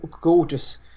gorgeous